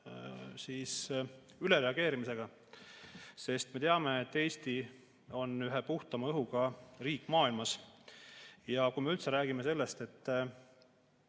ülereageerimisega, sest me teame, et Eesti on üks puhtama õhuga riike maailmas. Ja kui me üldse räägime sellest, et